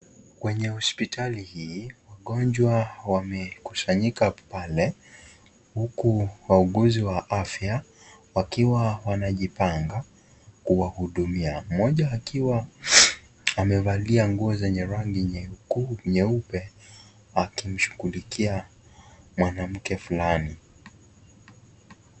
Kwenye hospitali hii wagonjwa wamekusanyika pale huku wauguzi wa afya wakiwa wanajipanga kuwahudumia. Mmoja akiwa amevalia nguo yenye rangi nyeupe akimshikilia mwanamke fulani.